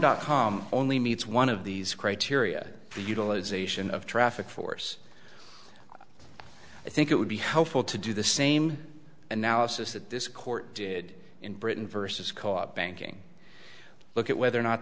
dot com only meets one of these criteria the utilization of traffic force i think it would be helpful to do the same analysis that this court did in britain versus caught banking look at whether or not